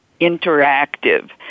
interactive